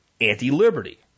anti-liberty